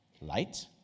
light